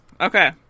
Okay